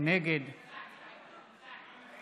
נגד יוסף שיין,